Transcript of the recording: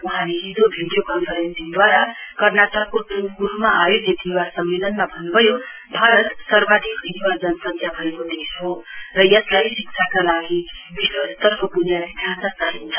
वहाँले हिजो भिडियो कन्फरेन्सिङद्वारा कर्नाटकको त्मकरुरुमा आयोजित य्वा सम्मेलनमा भन्नुभयो भारत सर्वाधिक युवा जनसंख्या भएको देश हो र यसलाई शिक्षाका लागि विश्वस्तरको बुनियादी ढाँचा चाहिन्छ